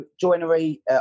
Joinery